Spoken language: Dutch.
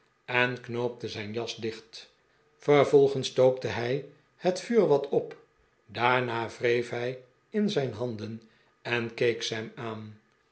en knoopte zijn jas dicht vervolgens stookte hij het vuur wat op daarna wreef hij in zijn handen en keek sam aan